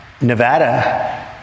Nevada